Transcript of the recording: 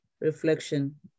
Reflection